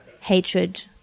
hatred